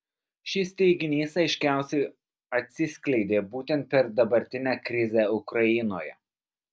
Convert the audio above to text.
šis teiginys aiškiausiai atsiskleidė būtent per dabartinę krizę ukrainoje